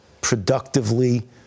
productively